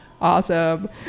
Awesome